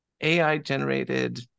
AI-generated